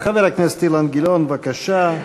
חבר הכנסת אילן גילאון, בבקשה.